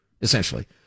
essentially